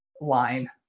Line